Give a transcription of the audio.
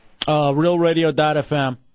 realradio.fm